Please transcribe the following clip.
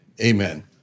amen